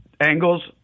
angles